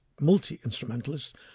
multi-instrumentalist